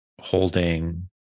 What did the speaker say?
holding